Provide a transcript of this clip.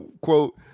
Quote